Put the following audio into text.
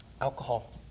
alcohol